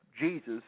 Jesus